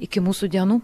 iki mūsų dienų